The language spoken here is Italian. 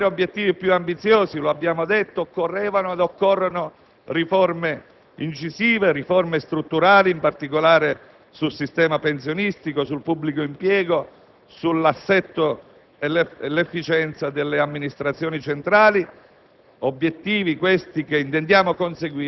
Ma per conseguire obiettivi più ambiziosi - lo abbiamo detto - occorrevano ed occorrono riforme incisive e strutturali, in particolare sul sistema pensionistico, sul pubblico impiego, sull'assetto e l'efficienza delle amministrazioni centrali.